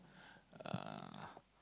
uh